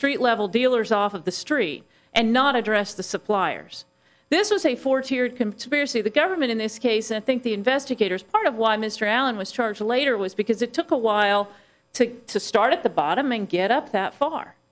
street level dealers off of the story and not address the suppliers this is a four teared conspiracy the government in this case i think the investigators part of why mr allen was charged later was because it took a while to start at the bottom and get up that far